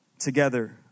together